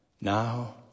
Now